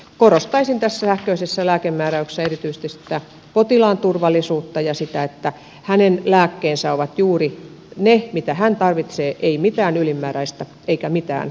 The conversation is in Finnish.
korostaisin tässä sähköisessä lääkemääräyksessä erityisesti sitä potilaan turvallisuutta ja sitä että hänen lääkkeensä ovat juuri ne mitä hän tarvitsee ei mitään ylimääräistä eikä mitään yhteensopimatonta